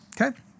Okay